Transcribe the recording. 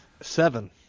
Seven